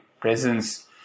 presence